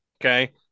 okay